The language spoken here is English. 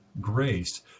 grace